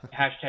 hashtag